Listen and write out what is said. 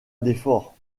d’efforts